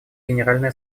генеральной